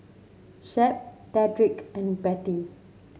Shep Dedrick and Bettie